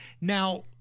Now